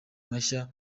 mashya